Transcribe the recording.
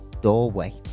doorway